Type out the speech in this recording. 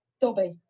Dobby